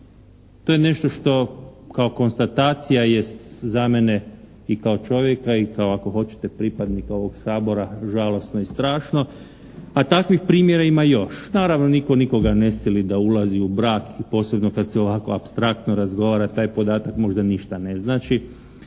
To je nešto što kao konstatacija je za mene i kao čovjeka i kao ako hoćete pripadnika ovog Sabora žalosno i strašno, a takvih primjera ima još. Naravno, nitko nikoga ne sili da ulazi u brak posebno kad se ovako apstraktno razgovara taj podatak možda ništa ne znači,